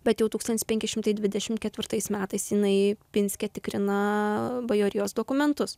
bet jau tūkstantis penki šimtai dvidešimt ketvirtais metais jinai pinske tikrina bajorijos dokumentus